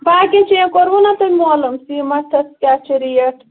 باقیَن جایَن کوٚروٕ نا تۄہہِ مولوٗم سیٖمَٹھَس کیٛاہ چھِ ریٹ